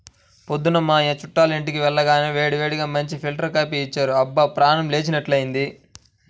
పొద్దున్న మా చుట్టాలింటికి వెళ్లగానే వేడివేడిగా మంచి ఫిల్టర్ కాపీ ఇచ్చారు, అబ్బా ప్రాణం లేచినట్లైంది